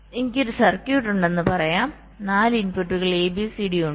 എനിക്ക് ഒരു സർക്യൂട്ട് ഉണ്ടെന്ന് പറയാം 4 ഇൻപുട്ടുകൾ A B C D ഉണ്ട്